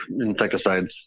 insecticides